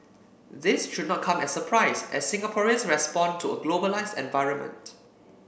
this should not come as surprise as Singaporeans respond to a globalised environment